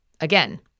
again